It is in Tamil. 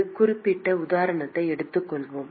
ஒரு குறிப்பிட்ட உதாரணத்தை எடுத்துக் கொள்வோம்